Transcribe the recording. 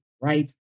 right